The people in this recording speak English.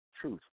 truth